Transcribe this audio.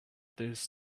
this